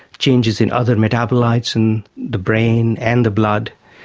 changes in other metabolites in the brain and the blood.